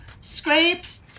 scrapes